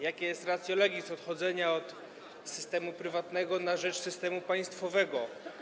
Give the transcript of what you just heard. Jakie jest ratio legis odchodzenia od systemu prywatnego na rzecz systemu państwowego?